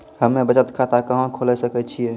हम्मे बचत खाता कहां खोले सकै छियै?